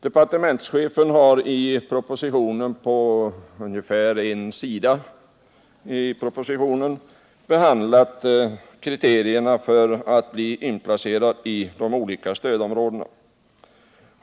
Departementschefen har i propositionen 112 på ungefär en sida — s. 63 — behandlat dessa kriterier.